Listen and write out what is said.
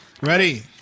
Ready